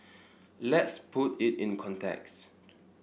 let's put it in context